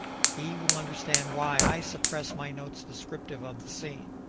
he will understand why i suppress my notes descriptive of the scene.